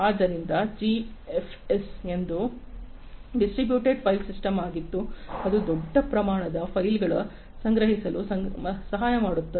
ಆದ್ದರಿಂದ ಜಿಎಫ್ಎಸ್ ಒಂದು distributed file system ಆಗಿದ್ದು ಅದು ದೊಡ್ಡ ಪ್ರಮಾಣದ ಫೈಲ್ಗಳನ್ನು ಸಂಗ್ರಹಿಸಲು ಸಂಗ್ರಹಿಸಲು ಸಹಾಯ ಮಾಡುತ್ತದೆ